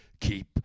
keep